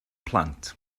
plant